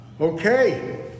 Okay